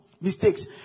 mistakes